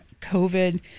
COVID